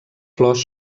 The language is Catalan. flors